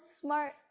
smart